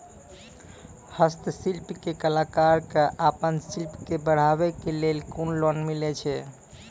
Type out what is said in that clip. हस्तशिल्प के कलाकार कऽ आपन शिल्प के बढ़ावे के लेल कुन लोन मिलै छै?